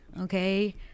okay